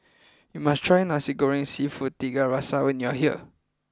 you must try Nasi Goreng Seafood Tiga Rasa when you are here